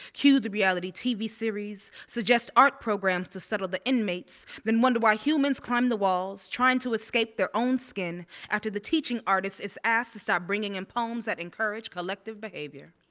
cue the reality tv series, suggest art programs to settle the inmates, then wonder why humans climb the walls trying to escape their own skin after the teaching artist is asked to stop bringing in poems that encourage collective behavior.